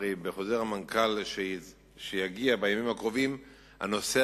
הרי שבחוזר המנכ"ל שיגיע בימים הקרובים הנושא